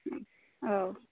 औ